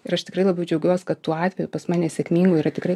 ir aš tikrai labai džiaugiuos kad tuo atveju pas mane sėkmingų yra tikrai